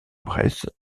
bresse